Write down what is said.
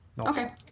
okay